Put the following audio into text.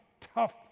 tough